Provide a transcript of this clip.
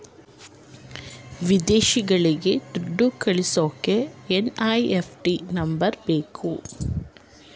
ವಿದೇಶಗಳಿಗೆ ದುಡ್ಡು ಕಳಿಸೋಕೆ ಎನ್.ಇ.ಎಫ್.ಟಿ ನಂಬರ್ ಬೇಕು